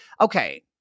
Okay